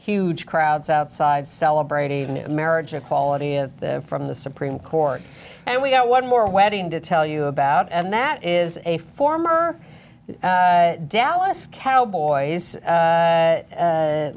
huge crowds outside celebrating the marriage equality of the from the supreme court and we got one more wedding to tell you about and that is a former dallas cowboys